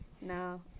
No